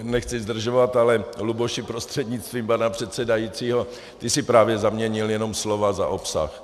Nechci zdržovat, ale Luboši prostřednictvím pana předsedajícího, ty jsi právě zaměnil jenom slova za obsah.